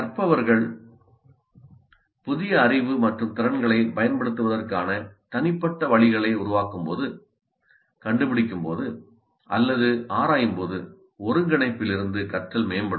கற்பவர்கள் புதிய அறிவு மற்றும் திறன்களைப் பயன்படுத்துவதற்கான தனிப்பட்ட வழிகளை உருவாக்கும்போது கண்டுபிடிக்கும் போது அல்லது ஆராயும்போது ஒருங்கிணைப்பிலிருந்து கற்றல் மேம்படும்